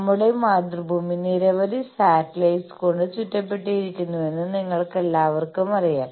നമ്മുടെ മാതൃഭൂമി നിരവധി സാറ്റലൈറ്റ്സ് കൊണ്ട് ചുറ്റപ്പെട്ടിരിക്കുന്നുവെന്ന് നിങ്ങൾക്കെല്ലാവർക്കും അറിയാം